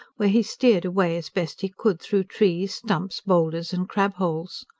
where he steered a way as best he could through trees, stumps, boulders and crab-holes.